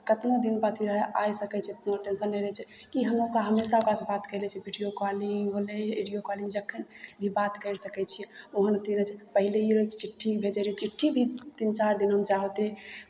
कतनो दिनके अथी रहय आय सकै छथिन कोनो टेंसन नहि रहै छै की हम हमेशा ओकरासँ बात करि लै छियै विडिओ कॉलिंग होलय विडिओ कॉलिंग जखैन भी बात करि सकै छियै ओहन अथी नहि छै पहिले ई रहय चिट्ठी भेजैत रहय चिट्ठी भी तीन चारि दिन हम जादे